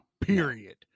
period